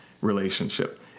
relationship